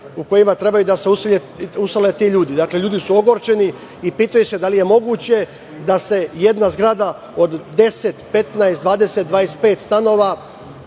u kojim treba da se usele ti ljudi. Ljudi su ogorčeni i pitaju se da li je moguće da se jedna zgrada, od 10, 15, 20, 25 stanova